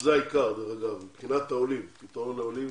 שזה העיקר, אגב, מבחינת העולים, פתרון לעולים,